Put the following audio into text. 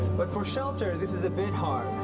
but for shelter this is a bit hard.